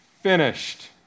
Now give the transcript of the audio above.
finished